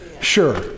Sure